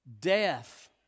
death